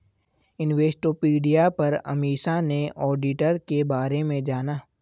Investopedia पर अमीषा ने auditor के बारे में जाना